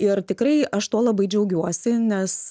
ir tikrai aš tuo labai džiaugiuosi nes